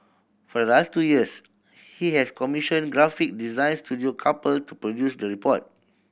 the last two years he has commissioned graphic design studio couple to produce the report